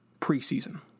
preseason